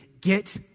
get